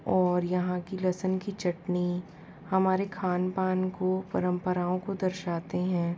और यहाँ की लहसुन की चटनी हमारे खान पान को परम्पराओं को दर्शाते है